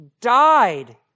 died